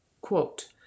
Quote